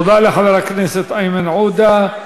תודה לחבר הכנסת איימן עודה.